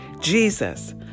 Jesus